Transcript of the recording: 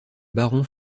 baron